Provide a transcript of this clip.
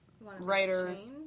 writers